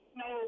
no